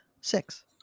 six